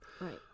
Right